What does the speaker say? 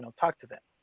um talk to the